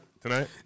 tonight